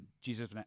Jesus